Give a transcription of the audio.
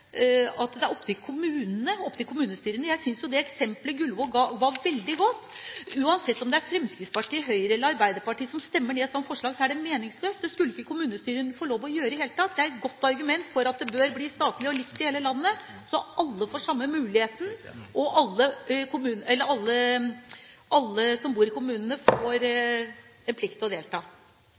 det skal være opp til kommunestyrene? Jeg synes det eksemplet Gullvåg ga, var veldig godt. Uansett om det er Fremskrittspartiet, Høyre eller Arbeiderpartiet som stemmer ned et sånt forslag, er det meningsløst. Dette skulle ikke kommunestyrene få lov til å gjøre i det hele tatt. Det er et godt argument for at det bør bli statlig og likt i hele landet, så alle får samme muligheten og alle som bor i kommunene, får en plikt til å delta.